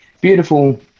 beautiful